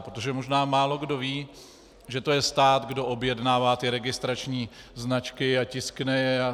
Protože málokdo ví, že to je stát, kdo objednává ty registrační značky a tiskne je.